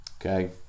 Okay